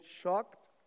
shocked